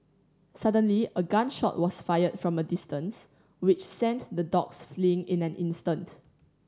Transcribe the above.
suddenly a gun shot was fired from a distance which sent the dogs fleeing in an instant